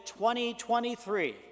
2023